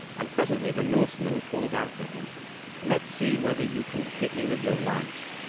and presently, the norseman called out to him let's see whether you can hit me with your lance.